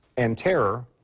and terror,